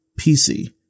pc